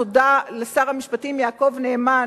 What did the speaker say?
תודה לשר המשפטים יעקב נאמן,